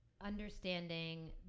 Understanding